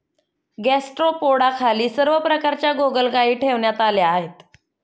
गॅस्ट्रोपोडाखाली सर्व प्रकारच्या गोगलगायी ठेवण्यात आल्या आहेत